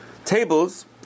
Tables